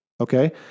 Okay